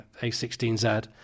A16Z